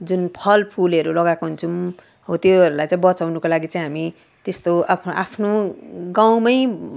जुन फलफुलहरू लगाएको हुन्छौँ हो त्योहरूलाई चाहिँ बचाउनुको लागि चाहिँ हामी त्यस्तो आफ्नो आफ्नो गाउँमा